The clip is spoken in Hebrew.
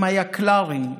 עם היקל"רים,